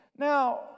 Now